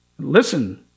Listen